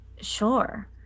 Sure